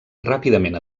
ràpidament